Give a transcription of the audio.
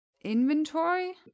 inventory